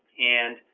and